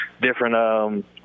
different